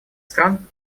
стран